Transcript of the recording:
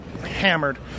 hammered